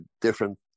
different